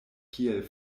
kiel